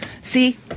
See